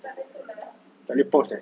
takleh pause eh